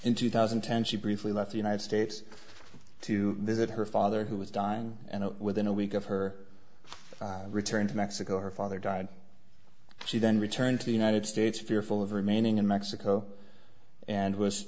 in two thousand and ten she briefly left the united states to visit her father who was dying and within a week of her return to mexico her father died she then returned to the united states fearful of remaining in mexico and was